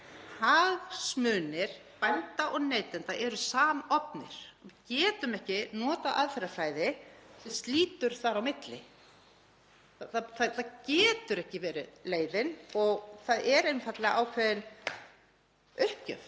Hagsmunir bænda og neytenda eru samofnir. Við getum ekki notað aðferðafræði sem slítur þar á milli. Það getur ekki verið leiðin og það er einfaldlega ákveðin uppgjöf